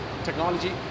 Technology